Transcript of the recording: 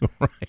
Right